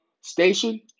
station